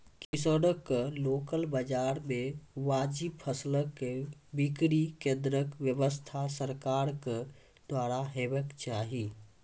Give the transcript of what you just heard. किसानक लोकल बाजार मे वाजिब फसलक बिक्री केन्द्रक व्यवस्था सरकारक द्वारा हेवाक चाही?